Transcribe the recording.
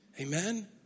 Amen